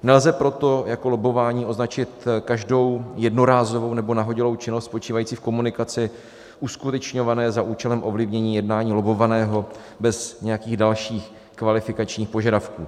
Nelze proto jako lobbování označit každou jednorázovou nebo nahodilou činnost spočívající v komunikaci uskutečňované za účelem ovlivnění jednání lobbovaného bez nějakých dalších kvalifikačních požadavků.